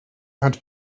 and